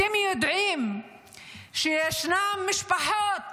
אתם יודעים שישנן משפחות